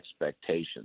expectations